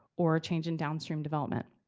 or change in downstream development.